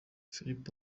philip